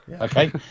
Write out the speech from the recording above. Okay